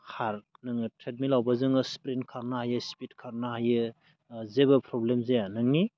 खार नोङो ट्रेडमिलावबो जोङो स्प्रिन्ट खारनो हायो स्पिड खारनो हायो जेबो प्रब्लेम जाया नोंनि